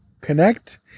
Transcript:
connect